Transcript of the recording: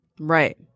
Right